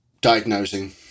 diagnosing